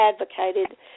advocated